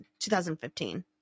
2015